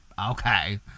okay